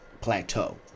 plateau